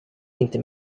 inte